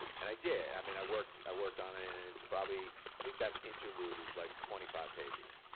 and i did. i mean i worked i worked on it and it's probably. i think that interlude is like twenty five pages.